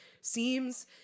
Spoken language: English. seems